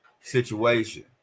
situation